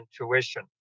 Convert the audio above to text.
intuition